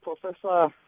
Professor